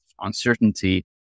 uncertainty